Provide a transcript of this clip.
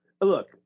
Look